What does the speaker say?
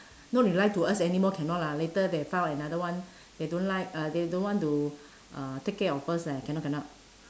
no rely to us anymore cannot lah later they found another one they don't like uh they don't want to uh take care of us leh cannot cannot